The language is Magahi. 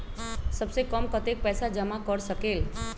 सबसे कम कतेक पैसा जमा कर सकेल?